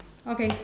okay